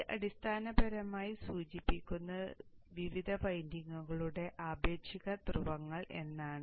ഇത് അടിസ്ഥാനപരമായി സൂചിപ്പിക്കുന്നത് വിവിധ വൈൻഡിംഗുകളുടെ ആപേക്ഷിക ധ്രുവങ്ങൾ എന്നാണ്